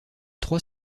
trois